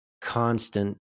constant